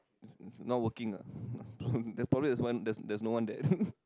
not working ah the problem is one that's that's no one there